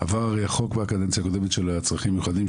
עבר הרי החוק בקדנציה הקודמת של הצרכים המיוחדים,